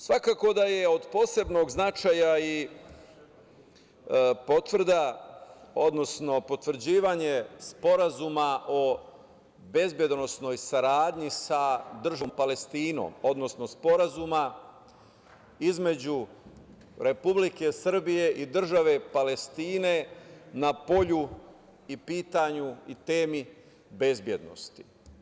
Svakako da je od posebnog značaja i potvrda, odnosno potvrđivanje Sporazuma o bezbedonosnoj saradnji sa državom Palestinom, odnosno Sporazuma između Republike Srbije i Države Palestine na polju i pitanju i temi bezbednosti.